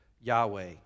Yahweh